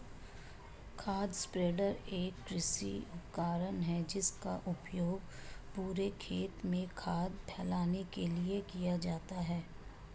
खाद स्प्रेडर एक कृषि उपकरण है जिसका उपयोग पूरे खेत में खाद फैलाने के लिए किया जाता है